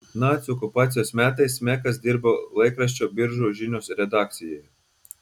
nacių okupacijos metais mekas dirbo laikraščio biržų žinios redakcijoje